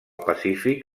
pacífic